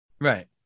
Right